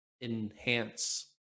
enhance